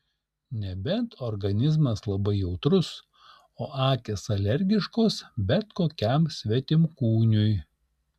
nebent organizmas labai jautrus o akys alergiškos bet kokiam svetimkūniui